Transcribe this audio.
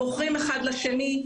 הם מוכרים אחד לשני,